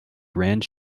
grand